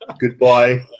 Goodbye